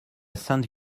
sainte